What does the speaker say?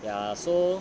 ya so